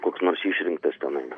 koks nors išrinktas tenai